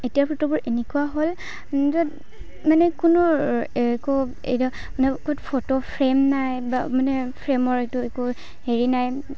এতিয়াৰ ফটোবোৰ এনেকুৱা হ'ল য'ত মানে কোনো একো এতিয়া মানে ফটো ফ্ৰেম নাই বা মানে ফ্ৰেমৰ এইটো একো হেৰি নাই